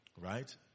right